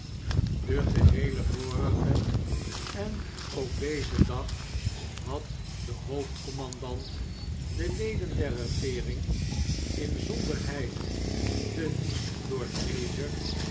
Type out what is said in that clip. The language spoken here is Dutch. den geheelen vorigen en ook dezen dag had de